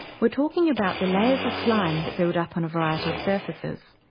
we're talking about the layers of slime that build up on a variety of surfaces.